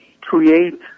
create